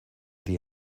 die